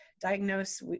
diagnose